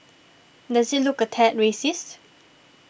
does it look a tad racist